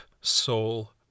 soul